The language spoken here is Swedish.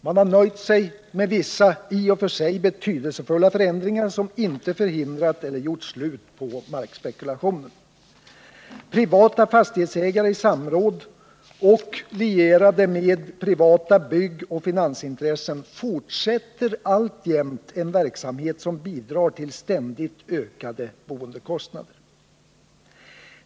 Man har nöjt sig med vissa i och för sig betydelsefulla förändringar, som emellertid inte förhindrat eller gjort slut på markspekulationen. Privata fastighetsägare i samråd med och lierade med privata byggoch finansintressen fortsätter alltjämt en verksamhet som bidrar till ständigt ökande boendekostnader.